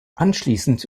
anschließend